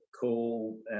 call